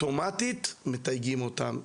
שאוטומטית מתייגים אותם,